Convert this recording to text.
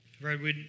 Right